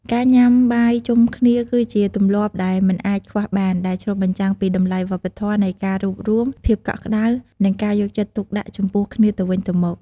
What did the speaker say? ការញ៉ាំបាយជុំគ្នាគឺជាទម្លាប់ដែលមិនអាចខ្វះបាន ដែលឆ្លុះបញ្ចាំងពីតម្លៃវប្បធម៌នៃការរួបរួម ភាពកក់ក្ដៅ និងការយកចិត្តទុកដាក់ចំពោះគ្នាទៅវិញទៅមក។